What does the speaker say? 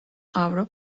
avro